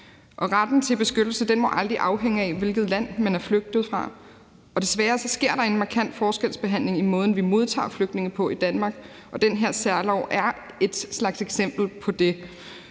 Retten til beskyttelse må aldrig afhænge af, hvilket land man er flygtet fra, og desværre sker der en markant forskelsbehandling i måden, vi modtager flygtninge på i Danmark, og den her særlov er et slags eksempel på det.